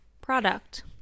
product